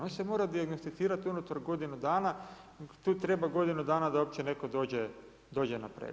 On se mora dijagnosticirati unutar godinu dana, tu treba godinu dana da uopće netko dođe na pregled.